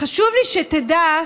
חשוב לי שתדע,